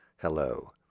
Hello